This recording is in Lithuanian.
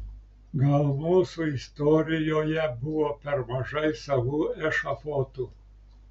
gal mūsų istorijoje buvo per mažai savų ešafotų